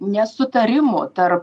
nesutarimų tarp